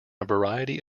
variety